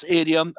area